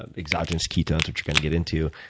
and exogenous ketones which we're going to get into,